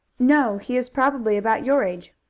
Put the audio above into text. no he is probably about your age.